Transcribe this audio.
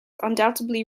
undoubtedly